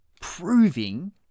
proving